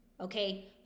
okay